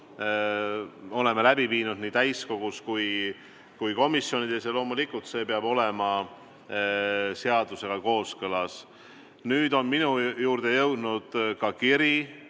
oleme kasutanud nii täiskogus kui ka komisjonides. Loomulikult see peab olema seadusega kooskõlas. Nüüd on minu kätte jõudnud ka kiri,